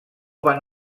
van